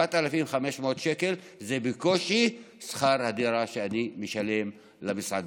7,500 שקל זה בקושי שכר הדירה שאני משלם למסעדה.